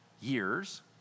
years